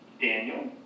Daniel